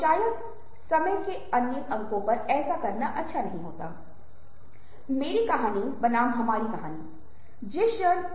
भावनात्मक छूत ये अनुभव हैं जहाँ आप देखते हैं कि हम जो देखते हैं उससे प्रभावित होते हैं